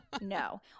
no